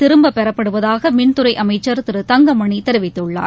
திரும்பப் பெறப்படுவதாக மின்துறை அமைச்சர் திரு தங்கமணி தெரிவித்துள்ளார்